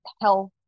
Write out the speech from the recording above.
health